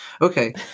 Okay